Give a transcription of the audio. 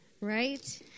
right